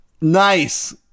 nice